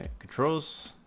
ah controls